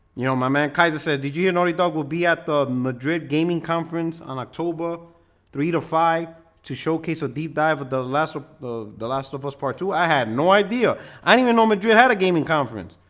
you know my man kaiser said the giannotti dog will be at the madrid gaming conference on october three to five to showcase a deep dive with the last of the the last of us part two i had no idea i don't even know madrid had a gaming conference